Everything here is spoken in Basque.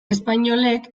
espainolek